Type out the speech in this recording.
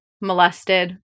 molested